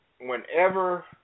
whenever